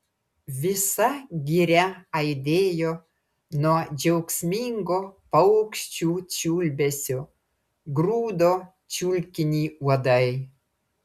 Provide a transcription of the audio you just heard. visa giria aidėjo nuo džiaugsmingo paukščių čiulbesio grūdo čiulkinį uodai